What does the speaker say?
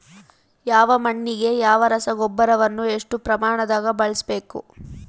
ಯಾವ ಮಣ್ಣಿಗೆ ಯಾವ ರಸಗೊಬ್ಬರವನ್ನು ಎಷ್ಟು ಪ್ರಮಾಣದಾಗ ಬಳಸ್ಬೇಕು?